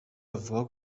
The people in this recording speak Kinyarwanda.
avuga